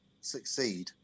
succeed